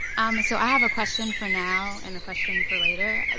um so i have a question for now, and a question for later. ah